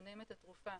שמכוונים את התרופה